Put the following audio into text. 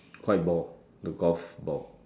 white ball the golf ball